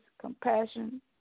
compassion